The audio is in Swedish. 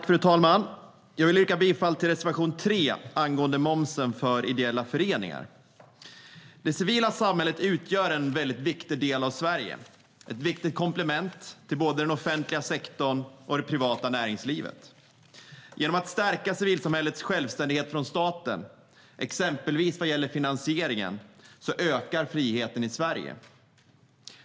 Fru talman! Jag vill yrka bifall till reservation 3 angående momsen för ideella föreningar. Det civila samhället utgör en väldigt viktig del av Sverige. Det är ett viktigt komplement till både den offentliga sektorn och det privata näringslivet. Genom att stärka civilsamhällets självständighet från staten, exempelvis vad gäller finansieringen, ökar friheten i Sverige.